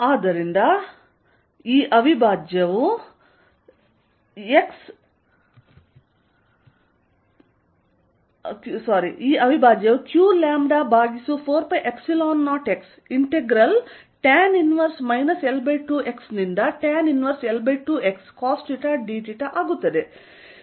ಆದ್ದರಿಂದ ಈ ಅವಿಭಾಜ್ಯವು qλ4π0x ಇಂಟೆಗ್ರಲ್ tan 1 L2x ನಿಂದ tan 1L2x cosθdθ ಆಗುತ್ತದೆ